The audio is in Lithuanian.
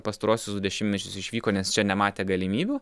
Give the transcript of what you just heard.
pastaruosius du dešimtmečius išvyko nes čia nematė galimybių